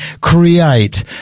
create